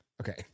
Okay